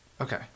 Okay